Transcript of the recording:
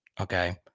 Okay